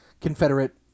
confederate